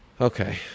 Okay